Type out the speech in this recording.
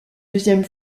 deuxième